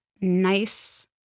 nice